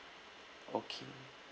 okay